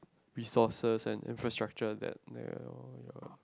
resources and infrastructure that narrow